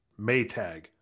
Maytag